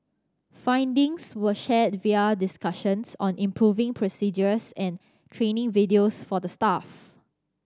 findings were shared via discussions on improving procedures and training videos for the staff